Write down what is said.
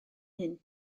hyn